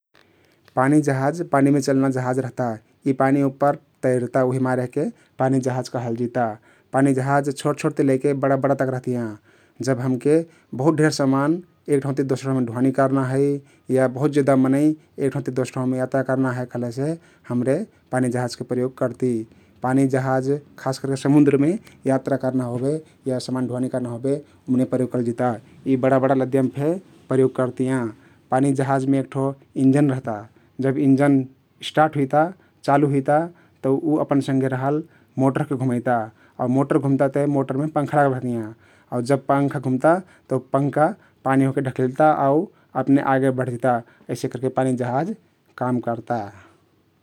पानी जहाज पानीमे चल्ना जहाज रहता । यी पानी उप्पर तैरता उहिमारे यहके पानी जहाज कहलजिता । पानी जहाज छोट छोटति लैके बड बड तक रहतियाँ । जब हमके बहुत ढेर समान एक ठाउँति दोसर ठाउँमे ढुवानी कर्ना हइ या बहुत हेदा मनै एक ठाउँति दोसर ठाउँमे यात्रा करना हइ कहलेसे हम्रे पानी जहाजके प्रयोग करती । पानी जहाज खास करके समुन्द्रमे यात्रा कर्ना होबे या समान ढुवानी कर्ना होबे ओमने प्रयोग करलजिता । यी बडा बडा लदियम फे प्रयोग करतियाँ । पानी जहाजमे एक ठो इन्जन रहता । जब इन्जन स्टार्ट हुइता चालु हुइता तउ उ अपन सँघे रहल मोटर ओहके घुमैता आउ मोटर घुमता ते मोटरमे पंखा लागल रहतियाँ आउ जब पंखा घुम्ता तउ पंखा पानी ओहके ढकिल्ता आउ अपने बढ्जिता अइसे करके पानी जहाज काम कर्ता ।